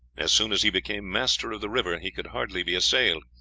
as soon as he became master of the river, he could hardly be assailed,